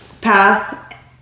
path